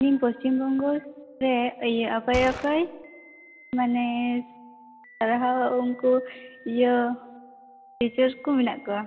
ᱱᱤᱛ ᱯᱚᱥᱪᱷᱤᱢ ᱵᱚᱝᱜᱚ ᱯᱚᱱᱚᱛ ᱨᱮ ᱚᱠᱚᱭ ᱚᱠᱚᱭ ᱢᱟᱱᱮ ᱥᱟᱨᱦᱟᱣ ᱩᱱᱠᱩ ᱤᱭᱟᱹ ᱴᱤᱪᱟᱨᱥ ᱠᱚ ᱢᱮᱱᱟᱜ ᱠᱚᱣᱟ